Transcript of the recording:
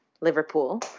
Liverpool